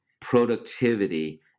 productivity